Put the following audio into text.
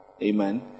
Amen